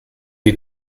die